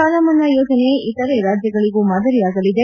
ಸಾಲಮನ್ನಾ ಯೋಜನೆ ಇತರೆ ರಾಜ್ಯಗಳಿಗೂ ಮಾದರಿಯಾಗಲಿದೆ